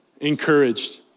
encouraged